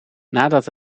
nadat